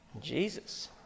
Jesus